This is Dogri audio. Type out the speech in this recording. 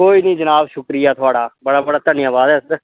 कोई नी जनाब शुक्रिया थुआड़ा बड़ा बड़ा धन्नबाद ऐ सर